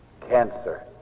cancer